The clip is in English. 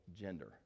gender